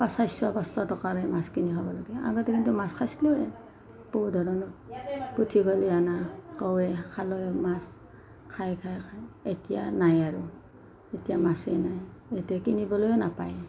চাৰশ পাঁচশ টকাৰে মাছ কিনি খাব লাগে আগতে কিন্তু মাছ খাইছিলোঁৱে বহু ধৰণৰ পুঠি খলিহনা কাৱৈ খালৈ মাছ খাই খাই খাই এতিয়া নাই আৰু এতিয়া মাছেই নাই এতিয়া কিনিবলৈও নাপায়